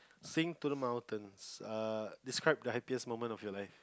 sing to the mountains err describe the happiest moment of your life